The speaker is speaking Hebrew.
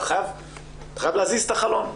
אתה חייב להזיז את החלון.